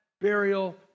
burial